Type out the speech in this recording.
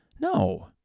No